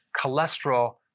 cholesterol